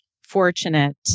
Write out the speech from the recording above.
fortunate